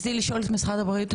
משרד הבריאות,